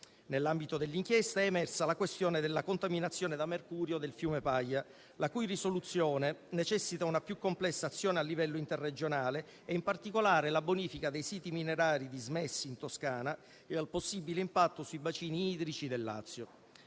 Nell'ambito dell'inchiesta, è emersa la questione della contaminazione da mercurio del fiume Paglia, la cui risoluzione necessità una più complessa azione a livello interregionale e, in particolare, la bonifica dei siti minerari dismessi in Toscana e al possibile impatto sui bacini idrici del Lazio.